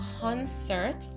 concert